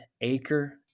acre